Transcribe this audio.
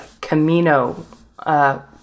Camino